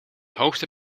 hoogste